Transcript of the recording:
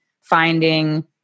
finding